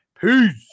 peace